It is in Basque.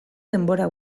denbora